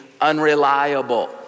unreliable